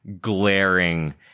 glaring